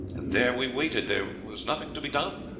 and there we waited. there was nothing to be done.